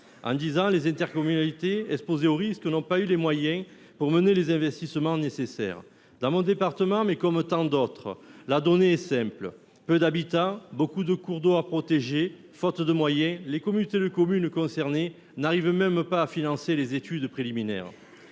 En dix ans, les intercommunalités exposées au risque n’ont pas eu les moyens d’engager les investissements nécessaires. Dans mon département, comme dans tant d’autres, la donnée est simple : peu d’habitants et de nombreux cours d’eau à protéger. Faute de moyens, les communautés de communes concernées n’arrivent pas même à financer les études préliminaires.